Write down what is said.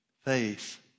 Faith